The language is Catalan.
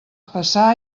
passar